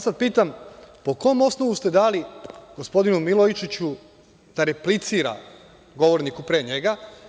Sada pitam – po kom osnovu ste dali gospodinu Milojičiću da replicira govorniku pre njega?